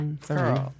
sorry